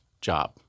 job